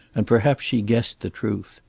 and perhaps she guessed the truth.